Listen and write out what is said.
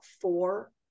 four